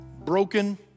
Broken